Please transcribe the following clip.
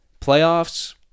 playoffs